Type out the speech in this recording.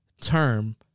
term